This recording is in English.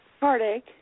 Heartache